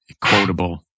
Quotable